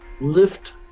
lift